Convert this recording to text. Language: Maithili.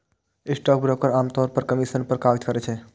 स्टॉकब्रोकर आम तौर पर कमीशन पर काज करै छै